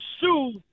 sue